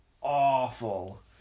awful